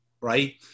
right